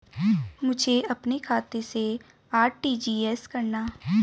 मुझे अपने खाते से आर.टी.जी.एस करना?